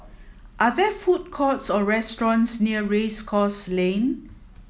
are there food courts or restaurants near Race Course Lane